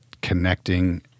connecting